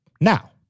Now